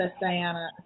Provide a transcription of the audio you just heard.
Diana